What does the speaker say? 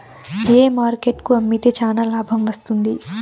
ఏ market కు అమ్మితే చానా లాభం వస్తుంది?